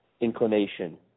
inclination